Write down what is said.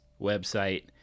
website